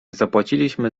zapłaciliśmy